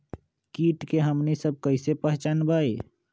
किट के हमनी सब कईसे पहचान बई?